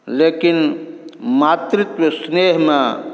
लेकिन मातृत्व स्नेहमे